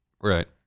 Right